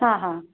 ಹಾಂ ಹಾಂ